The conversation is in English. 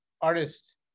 artists